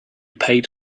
paid